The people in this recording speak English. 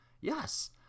Yes